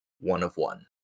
one-of-one